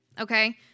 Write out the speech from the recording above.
okay